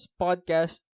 podcast